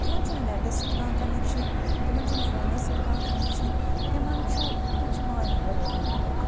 تِمن چھُنہٕ نیٚٹَس سۭتۍ کانٛہہ کۄنیٚکشَن تِمن چھُنہٕ فونَس سۭتۍ کانٛہہ کۄنیٚکشَن تِمن چھُ تِم چھِ ماے محبت بھرَن وٲلۍ لوٗکھ